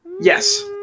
yes